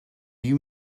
you